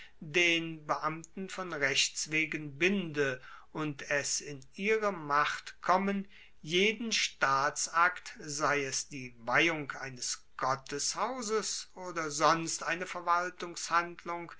den beamten von rechts wegen binde und es in ihre macht kommen jeden staatsakt sei es die weihung eines gotteshauses oder sonst eine